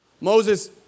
Moses